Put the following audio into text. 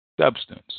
substance